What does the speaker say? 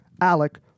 Alec